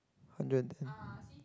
hundred and ten